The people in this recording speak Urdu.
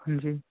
جی